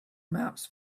maps